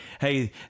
hey